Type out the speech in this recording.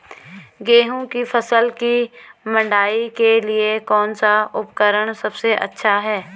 गेहूँ की फसल की मड़ाई के लिए कौन सा उपकरण सबसे अच्छा है?